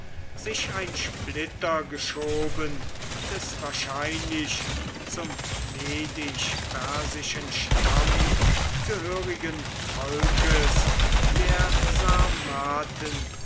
sich ein splitter geschoben des wahrscheinlich zum medisch persischen stamm gehörigen volkes der sarmaten